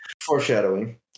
Foreshadowing